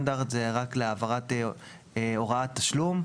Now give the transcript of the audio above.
רק להעברת הוראת תשלום,